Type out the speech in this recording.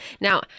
Now